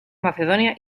macedonia